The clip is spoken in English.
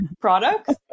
products